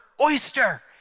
oyster